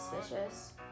suspicious